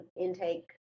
intake